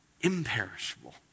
imperishable